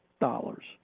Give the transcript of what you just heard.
dollars